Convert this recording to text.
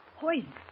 Poison